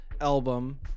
album